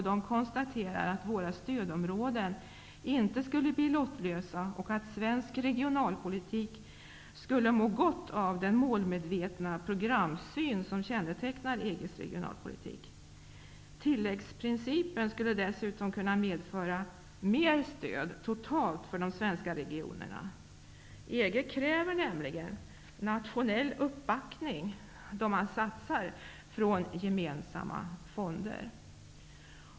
De konstaterar att våra stödområden inte skulle bli lottlösa och att svensk regionalpolitik skulle må gott av den målmedvetna programsyn som kännetecknar EG:s regionalpolitik. Tilläggsprincipen skulle dessutom kunna medföra mer stöd totalt för de svenska regionerna. EG kräver nämligen nationell uppbackning, då man satsar från gemensamma fonder.